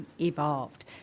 evolved